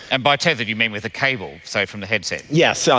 and by tethered you mean with a cable, say from the headset. yes, so